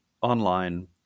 online